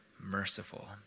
merciful